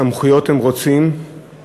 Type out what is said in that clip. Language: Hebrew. סמכויות הם רוצים,